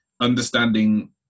understanding